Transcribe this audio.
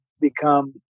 become